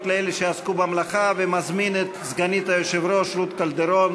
לאלה שעסקו במלאכה ומזמין את סגנית היושב-ראש רות קלדרון